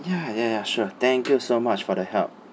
ya ya ya sure thank you so much for the help